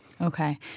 Okay